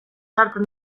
sartzen